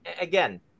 again